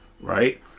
Right